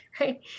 right